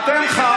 איך?